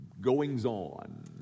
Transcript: goings-on